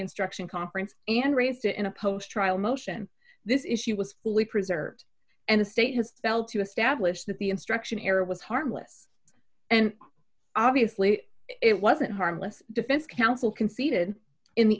instruction conference and raised it in a post trial motion this issue was fully preserved and the state has to establish that the instruction error was harmless and obviously it wasn't harmless defense counsel conceded in the